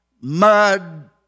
mud